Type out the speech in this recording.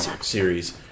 series